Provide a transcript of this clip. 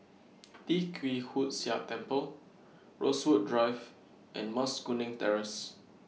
Tee Kwee Hood Sia Temple Rosewood Drive and Mas Kuning Terrace